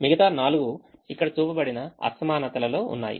మిగతా నాలుగు ఇక్కడ చూపబడిన అసమానతల లో ఉన్నాయి